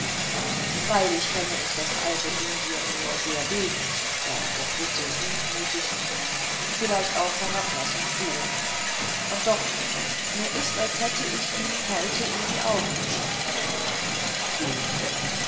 freilich kenne ich das alte indien nur sehr wenig gab der brite gutmütig vielleicht auch herablassend zu und doch mir ist als hätte ich ihm heute in die augen geschaut wem